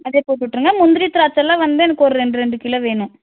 அதே போட்டு விட்ருங்க முந்திரி திராட்சை எல்லாம் வந்து எனக்கு ஒரு ரெண்டு ரெண்டு கிலோ வேணும்